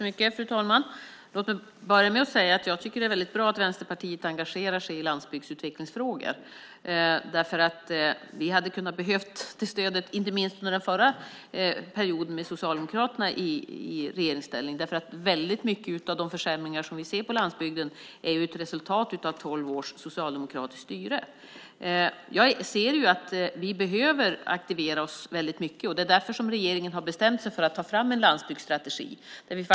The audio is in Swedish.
Fru talman! Låt mig börja med att säga att det är bra att Vänsterpartiet engagerar sig i landsbygdsutvecklingsfrågor. Vi hade behövt det stödet under den förra perioden med Socialdemokraterna i regeringsställning eftersom många av de försämringar vi ser på landsbygden är ett resultat av tolv års socialdemokratiskt styre. Jag ser att vi behöver aktivera oss mycket. Det är därför regeringen har bestämt sig för att ta fram en landsbygdsstrategi.